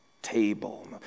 table